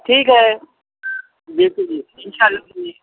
ٹھیک ہے بالکل جی ان شاء اللہ